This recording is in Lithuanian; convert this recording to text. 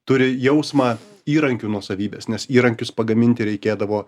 turi jausmą įrankių nuosavybės nes įrankius pagaminti reikėdavo